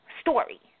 story